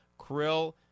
krill